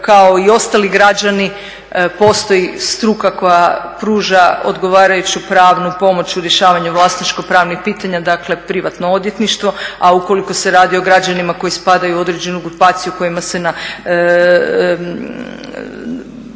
Kao i ostali građani postoji struka koja pruža odgovarajuću pravnu pomoć u rješavanju vlasničko pravnih pitanja dakle privatno odvjetništvo, a ukoliko se radi o građanima koji spadaju u određenu grupaciju kojima se vladin